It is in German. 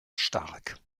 stark